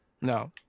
No